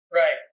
right